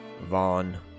Vaughn